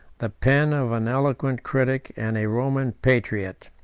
the pen of an eloquent critic and a roman patriot.